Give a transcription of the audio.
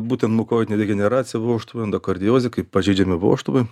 būtent mukoidinė degeneracija vožtuvo endokardiozė kai pažeidžiami vožtuvai